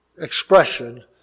expression